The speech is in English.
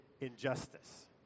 injustice